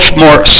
more